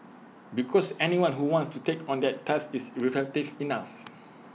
because anyone who wants to take on that task is reflective enough